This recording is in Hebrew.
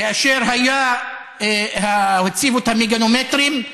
כאשר הציבו את המגנומטרים.